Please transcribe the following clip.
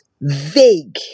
vague